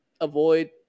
avoid